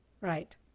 Right